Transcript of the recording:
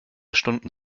stunden